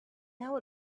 now